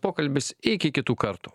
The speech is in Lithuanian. pokalbis iki kitų kartų